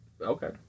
Okay